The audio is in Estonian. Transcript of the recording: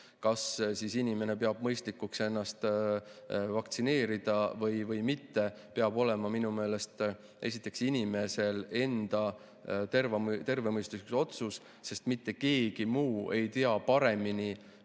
kas inimene peab mõistlikuks ennast vaktsineerida või mitte, peab olema minu meelest esiteks inimese enda tervemõistuslik otsus, sest mitte keegi muu ei tea paremini